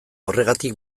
horregatik